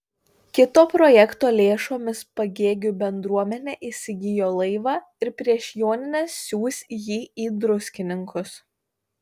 kito projekto lėšomis pagėgių bendruomenė įsigijo laivą ir prieš jonines siųs jį į druskininkus